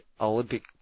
Olympic